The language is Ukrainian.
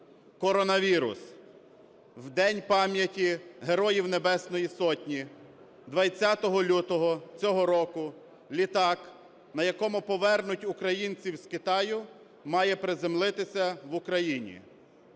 коронавірус. В День пам'яті Героїв Небесної Сотні, 20 лютого цього року, літак, на якому повернуть українців з Китаю, має приземлитися в Україні.